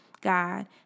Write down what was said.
God